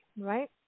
Right